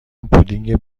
پودینگ